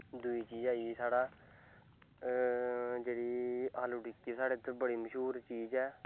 दुई चीज आई साढ़ै आलू टिक्की साढ़ै इद्धर बड़ी जैदा मश्हूर ऐ